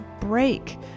break